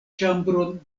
ĉambron